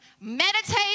Meditate